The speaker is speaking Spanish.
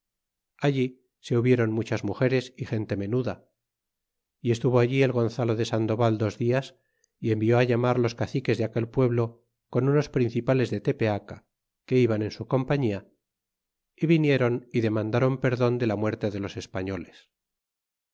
allí se hubieron muchas mugeres y gente menuda y estuvo allí el gonzalo de sandoval dos dias y envié llamar los caciques de aquel pueblo con unos principales de tepeaca quo iban en su compañía y víniéron y demandron perdon de la muerte de los españoles